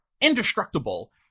indestructible